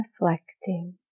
reflecting